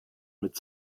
mit